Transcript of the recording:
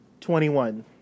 Twenty-one